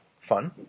fun